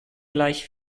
gleich